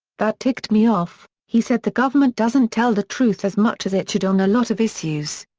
that ticked me off, he said the government doesn't tell the truth as much as it should on a lot of issues.